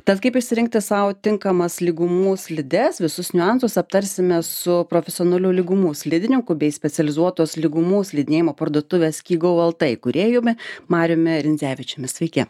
tad kaip išsirinkti sau tinkamas lygumų slides visus niuansus aptarsime su profesionaliu lygumų slidininku bei specializuotos lygumų slidinėjimo parduotuvės skigou lt įkūrėjumi marijumi rindzevičiumi sveiki